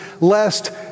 lest